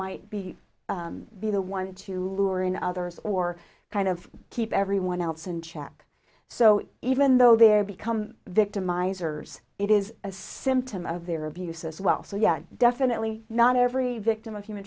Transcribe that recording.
might be be the one to lure in others or kind of keep everyone else in check so even though they're become victimizers it is a symptom of their abuse as well so yeah definitely not every victim of human